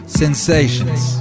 sensations